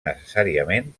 necessàriament